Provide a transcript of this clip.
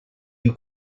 you